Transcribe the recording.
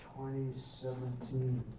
2017